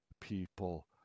people